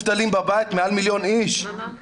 מעל מיליון איש מובטלים בבית.